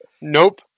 Nope